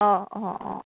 अ अ अ